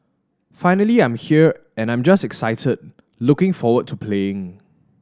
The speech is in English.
finally I'm here and I'm just excited looking forward to playing